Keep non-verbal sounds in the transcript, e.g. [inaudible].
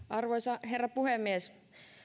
[unintelligible] arvoisa herra puhemies